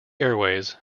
airways